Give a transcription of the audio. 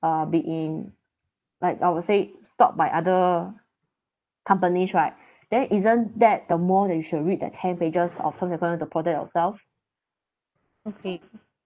uh be in like I would say stalked by other companies right then isn't that the more that you should read the ten pages of terms and conditions to protect yourself